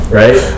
right